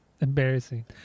Embarrassing